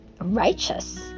righteous